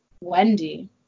Wendy